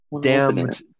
Damned